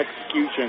execution